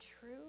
true